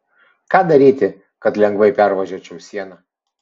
ką daryti kad lengvai pervažiuočiau sieną